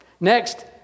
Next